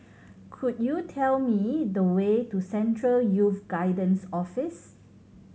could you tell me the way to Central Youth Guidance Office